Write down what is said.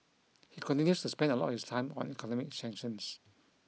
he continues to spend a lot of his time on economic sanctions